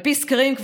על פי סקרים שנערכו,